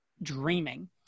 dreaming